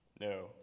No